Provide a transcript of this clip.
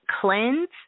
cleanse